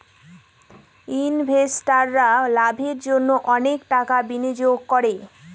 ইনভেস্টাররা লাভের জন্য অনেক টাকা বিনিয়োগ করে